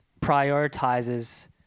prioritizes